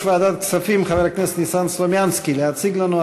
קריאה שלישית,